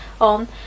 on